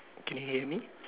can you hear me